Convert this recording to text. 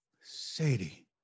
sadie